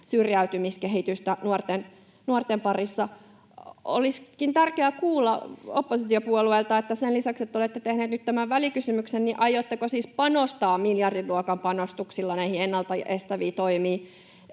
syrjäytymiskehitystä nuorten parissa. Olisikin tärkeää kuulla oppositiopuolueilta, että sen lisäksi, että olette tehneet nyt tämän välikysymyksen, aiotteko siis panostaa miljardin luokan panostuksilla näihin ennalta estäviin toimiin